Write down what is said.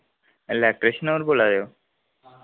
electrician होर बोल्ला दे ओ